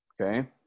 okay